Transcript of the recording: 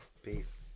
Peace